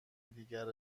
دیگری